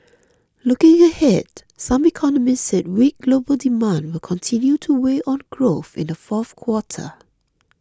looking ahead some economists said weak global demand will continue to weigh on growth in the fourth quarter